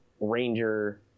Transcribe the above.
Ranger